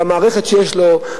במערכת שיש לו,